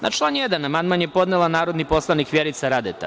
Na član 1. amandman je podnela narodni poslanik Vjerica Radeta.